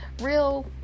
real